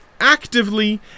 actively